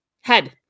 head